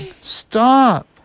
stop